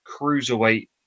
cruiserweight